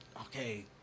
okay